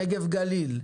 הנגב והגליל,